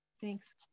thanks